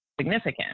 significant